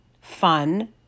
fun